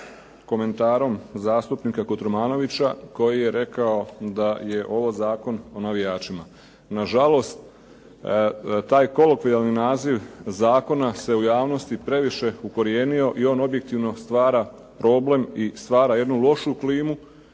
komentarom zastupnika Kotromanovića koji je rekao da je ovo zakon o navijačima. Nažalost, taj kolokvijalni naziv zakona se u javnosti previše ukorijenio i on objektivno stvara problem i stvara jednu lošu klimu